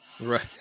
Right